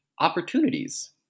opportunities